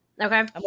okay